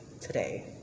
today